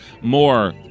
more